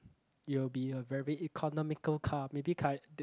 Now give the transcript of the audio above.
it'll be a very economical car maybe